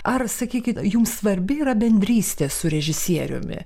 ar sakykit jums svarbi yra bendrystė su režisieriumi